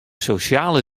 sosjale